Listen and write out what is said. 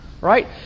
Right